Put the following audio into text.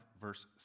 verse